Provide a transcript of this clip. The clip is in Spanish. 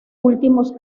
últimos